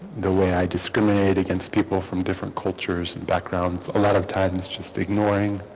the way i discriminated against people from different cultures and backgrounds a lot of times just ignoring